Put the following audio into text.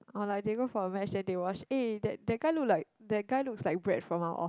oh like they go for a match then they watch eh that that guy look like that guy looks like Brad from our off~